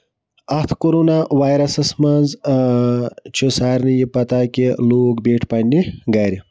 اَتھ کَرونا واٮ۪رَسَس منٛز آ چھُ سارنٕے یہِ پَتہ کہِ لوٗکھ بیٖٹھۍ پَنٕنہِ گرِ